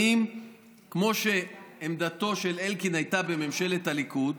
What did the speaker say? האם עמדתו של אלקין שהייתה בממשלת הליכוד